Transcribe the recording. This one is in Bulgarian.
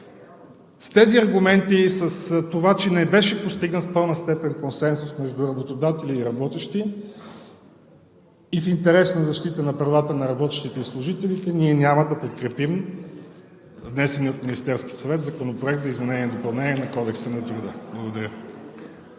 С тези аргументи и с това, че в пълна степен не беше постигнат консенсус между работодатели и работещи и в интерес на защита правата на работниците и служителите, ние няма да подкрепим внесения от Министерския съвет Законопроект за изменение и допълнение на Кодекса на труда. Благодаря.